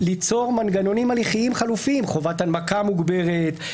ליצור מנגנונים הליכיים חלופיים: חובת הנמקה מוגברת,